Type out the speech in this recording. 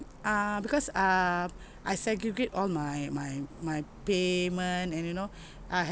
err because err I segregate all my my my payment and you know I have